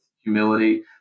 humility